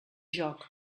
joc